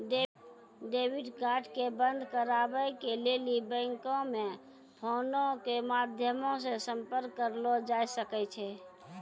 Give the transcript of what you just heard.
debit card के बंद कराबै के लेली बैंको मे फोनो के माध्यमो से संपर्क करलो जाय सकै छै